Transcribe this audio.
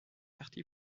parti